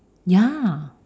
ya